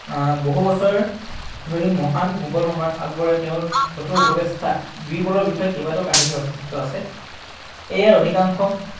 বহু বছৰ ধৰি মহান মোগল সম্ৰাট আকবৰে তেওঁৰ চতুৰ উপদেষ্টা বীৰবলৰ বিষয়ে কেইবাটাও কাহিনী ৰচিত আছে এয়াই অধিকাংশ